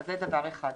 זה דבר אחד.